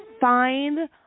find